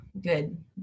good